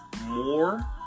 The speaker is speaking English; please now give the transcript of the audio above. more